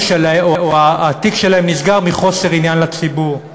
התיק שלהם נסגר מחוסר עניין לציבור?